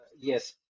Yes